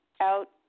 out